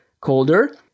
colder